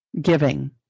giving